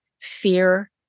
fear